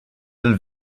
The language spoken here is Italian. del